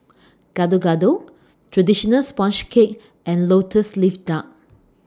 Gado Gado Traditional Sponge Cake and Lotus Leaf Duck